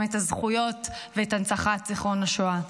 את הזכויות ואת הנצחת זיכרון השואה.